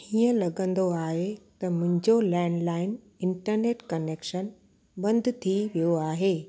हीअं लॻंदो आहे त मुंहिंजो लैंडलाइन इंटरनेट कनैक्शन बंदि थी वियो आहे